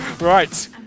Right